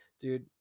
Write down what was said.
dude